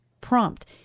Prompt